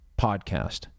podcast